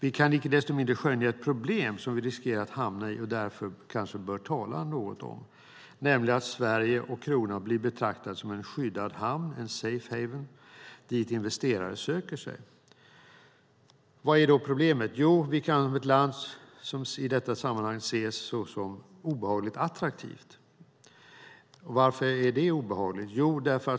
Icke desto mindre kan vi skönja ett problem som vi riskerar att hamna i och därför bör tala något om, nämligen att Sverige och kronan blir betraktade som en skyddad hamn, en safe haven, dit investerare söker sig. Vad är då problemet? Vi kan i detta sammanhang ses som ett obehagligt attraktivt land. Varför är det obehagligt?